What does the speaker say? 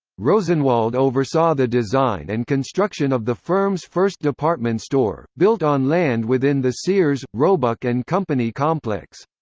rosenwald oversaw the design and construction of the firm's first department store, built on land within the sears, roebuck and company complex.